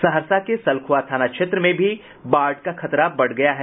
सहरसा के सलखुआ थाना क्षेत्र में भी बाढ़ का खतरा बढ़ गया है